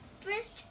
First